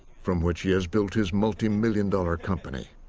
from which he has built his multi-million-dollar company.